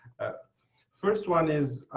first one is,